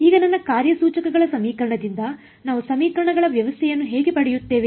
ಈಗ ನನ್ನ ಕಾರ್ಯಸೂಚಕಗಳ ಸಮೀಕರಣದಿಂದ ನಾವು ಸಮೀಕರಣಗಳ ವ್ಯವಸ್ಥೆಯನ್ನು ಹೇಗೆ ಪಡೆಯುತ್ತೇವೆ